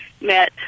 met